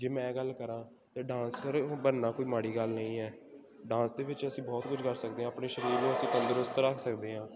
ਜੇ ਮੈਂ ਗੱਲ ਕਰਾਂ ਤਾਂ ਡਾਂਸਰ ਬਣਨਾ ਕੋਈ ਮਾੜੀ ਗੱਲ ਨਹੀਂ ਹੈ ਡਾਂਸ ਦੇ ਵਿੱਚ ਅਸੀਂ ਬਹੁਤ ਕੁਝ ਕਰ ਸਕਦੇ ਹਾਂ ਆਪਣੇ ਸਰੀਰ ਨੂੰ ਅਸੀਂ ਤੰਦਰੁਸਤ ਰੱਖ ਸਕਦੇ ਹਾਂ